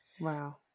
Wow